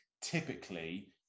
typically